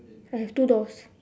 I have two doors